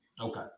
Okay